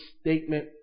statement